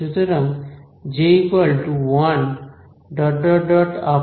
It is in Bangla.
সুতরাং j 1 N j i